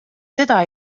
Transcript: seda